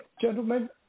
gentlemen